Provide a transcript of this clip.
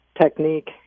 technique